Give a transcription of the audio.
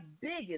biggest